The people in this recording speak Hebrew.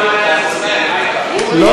למען ארץ-ישראל, מה אתה?